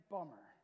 Bummer